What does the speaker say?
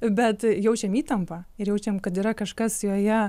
bet jaučiam įtampą ir jaučiam kad yra kažkas joje